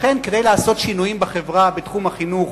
לכן, כדי לעשות שינויים בחברה בתחום החינוך